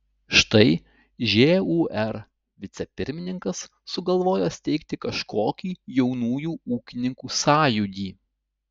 štai žūr vicepirmininkas sugalvojo steigti kažkokį jaunųjų ūkininkų sąjūdį